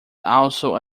also